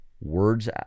words